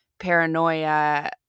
paranoia